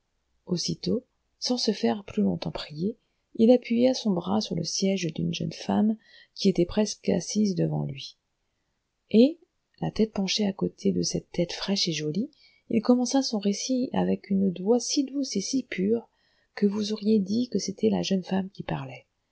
aussitôt sans se faire plus longtemps prier il appuya son bras sur le siége d'une jeune femme qui était presque assise devant lui et la tête penchée à côté de cette tête fraîche et jolie il commença son récit avec une voix si douce et si pure que vous auriez dit que c'était la jeune femme qui parlait